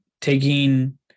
taking